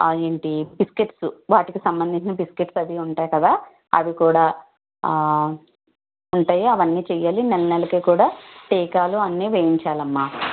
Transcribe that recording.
అవేంటి బిస్కెట్స్ వాటికి సంబందించిన బిస్కెట్స్ అవి ఉంటాయి కదా అవి కూడా ఉంటాయి అవన్నీ చెయ్యాలి నెల నెలకి కూడా టీకాలు అన్ని వెయ్యించాలమ్మా